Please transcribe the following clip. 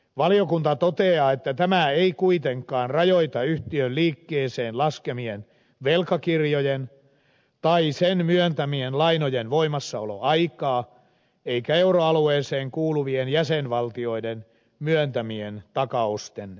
valiokunta toteaa että tämä ei kuitenkaan rajoita yhtiön liikkeeseen laskemien velkakirjojen tai sen myöntämien lainojen voimassaoloaikaa eikä euroalueeseen kuuluvien jäsenvaltioiden myöntämien takausten kestoa